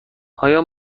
آیا